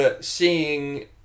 seeing